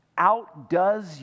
outdoes